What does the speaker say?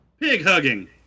Pig-hugging